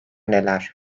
neler